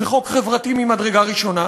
זה חוק חברתי ממדרגה ראשונה,